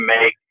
make